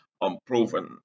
unproven